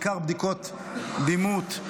ובעיקר בדיקות דימות,